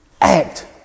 act